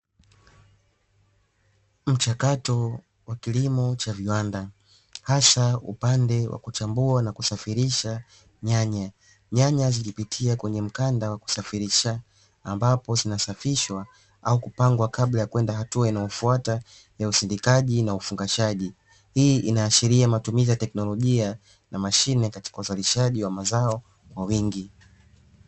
Mchakato wa kilimo cha viwanda hasa upande wa kuchambua na kusafirisha nyanya. Nyanya zikipitia kwenye mkanda wa kusafirisha ambapo zinasafishwa au kupangwa kabla ya kwenda hatua inayofuata ya usindikaji na ufungashaji. Hii inaashiria matumizi ya teknlojia na mashine katika uzalishaji wa mazao kwa wingi.